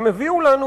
הפעם הם הציגו לנו,